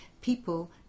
people